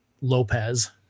Lopez